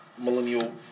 Millennial